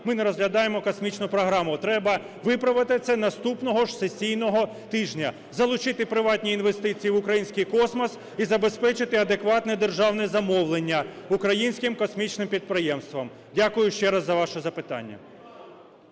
ми не розглядаємо космічну програму. Треба виправити це наступного сесійного тижня, залучити приватні інвестиції в український космос і забезпечити адекватне державне замовлення українським космічним підприємствам. Дякую ще раз за ваше запитання.